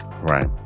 Right